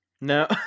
No